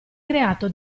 creato